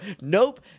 nope